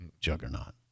Juggernaut